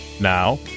Now